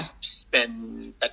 spend